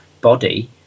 body